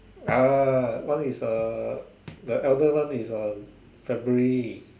ah one is a the eldest one is a February